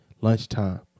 lunchtime